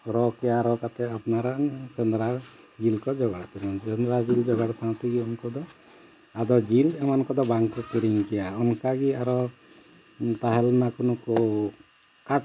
ᱨᱚ ᱠᱮᱭᱟ ᱨᱚ ᱠᱟᱛᱮᱫ ᱟᱯᱱᱟᱨᱟᱜ ᱥᱮᱸᱫᱽᱨᱟ ᱡᱤᱞ ᱠᱚ ᱡᱚᱜᱟᱲ ᱠᱟᱱᱟ ᱥᱮᱸᱫᱽᱨᱟ ᱡᱤᱞ ᱡᱚᱜᱟᱲ ᱥᱟᱶ ᱛᱮᱜᱮ ᱩᱱᱠᱩ ᱫᱚ ᱟᱫᱚ ᱡᱤᱞ ᱮᱢᱟᱱ ᱠᱚᱫᱚ ᱵᱟᱝᱠᱚ ᱠᱤᱨᱤᱧ ᱠᱮᱭᱟ ᱚᱱᱠᱟ ᱜᱮ ᱟᱨᱚ ᱛᱟᱦᱮᱞᱮᱱᱟ ᱠᱚ ᱱᱩᱠᱩ ᱠᱷᱟᱴ